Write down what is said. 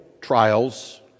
trials